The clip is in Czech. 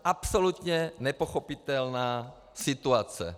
Absolutně nepochopitelná situace.